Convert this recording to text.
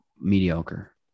Mediocre